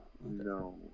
no